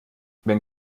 wenn